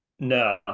No